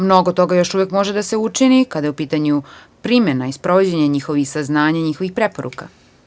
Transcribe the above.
Mnogo toga još uvek može da se učini kada je u pitanju primena i sprovođenje njihovih saznanja i njihovih preporuka.